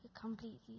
completely